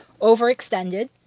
overextended